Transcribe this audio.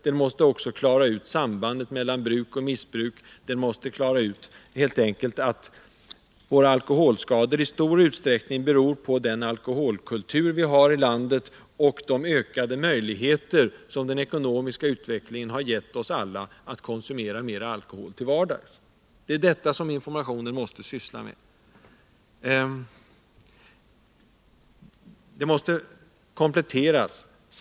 Den måste också klara ut sambandet mellan bruk och missbruk — helt enkelt klara ut att våra alkoholskador i stor utsträckning beror på den alkoholkultur vi har i landet och de ökade möjligheter som den ekonomiska utvecklingen har givit oss alla att till vardags konsumera mera alkohol. Det är detta som informationen måste ta upp.